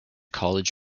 college